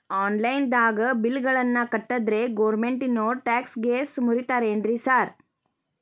Online ದಾಗ bill ಗಳನ್ನಾ ಕಟ್ಟದ್ರೆ ಗೋರ್ಮೆಂಟಿನೋರ್ ಟ್ಯಾಕ್ಸ್ ಗೇಸ್ ಮುರೇತಾರೆನ್ರಿ ಸಾರ್?